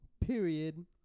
period